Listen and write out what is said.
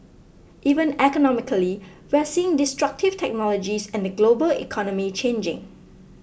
even economically we're seeing destructive technologies and the global economy changing